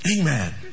Amen